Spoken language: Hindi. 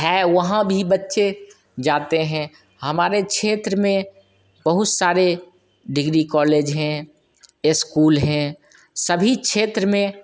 है वहाँ भी बच्चे जाते हैं हमारे क्षेत्र में बहुत सारे डिग्री कॉलेज हैं स्कूल हैं सभी क्षेत्र में